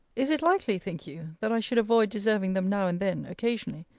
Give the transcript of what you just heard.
is it likely, think you, that i should avoid deserving them now-and-then, occasionally,